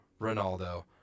Ronaldo